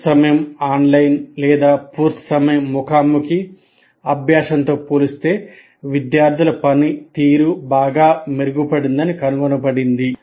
పూర్తి సమయం ఆన్లైన్ లేదా పూర్తి సమయం ముఖాముఖి అభ్యాసంతో పోలిస్తే విద్యార్థుల పనితీరు బాగా మెరుగుపడిందని కనుగొనబడింది